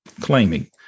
claiming